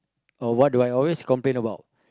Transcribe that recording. oh why do I always complain about